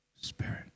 Spirit